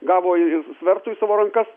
gavo ir svertų į savo rankas